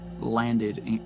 landed